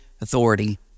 authority